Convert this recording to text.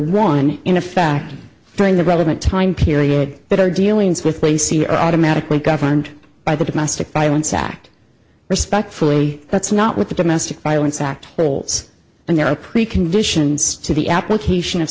and in a fact during the relevant time period that our dealings with lacey are automatically governed by the domestic violence act respectfully that's not with the domestic violence act and there are preconditions to the application of